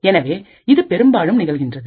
எனவே இது பெரும்பாலும் நிகழ்கின்றது